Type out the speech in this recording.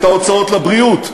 את ההוצאות לבריאות.